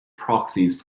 proxies